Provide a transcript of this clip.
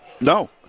No